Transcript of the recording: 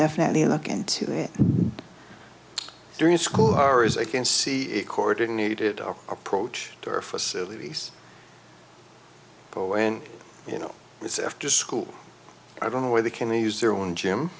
definitely look into it during school hours i can see it coordinated our approach to our facilities but when you know it's after school i don't know where they can they use their own gym